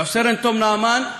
רב-סרן תום נעמן,